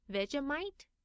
Vegemite